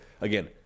again